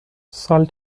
سال